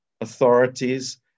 authorities